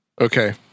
Okay